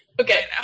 Okay